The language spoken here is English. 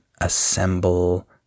assemble